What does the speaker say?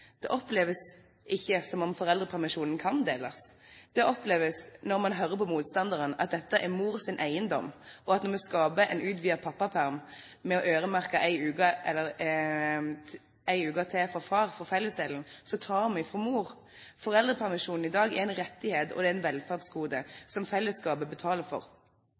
Det oppleves ikke som om foreldrepermisjonen kan deles. Det oppleves når man hører på motstanderen, som at dette er mors eiendom, og at når vi skaper en utvidet pappaperm ved å øremerke én uke til for far fra fellesdelen, så tar vi fra mor. Foreldrepermisjonen i dag er en rettighet og et velferdsgode som fellesskapet betaler for,